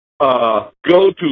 go-to